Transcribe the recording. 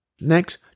Next